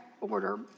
order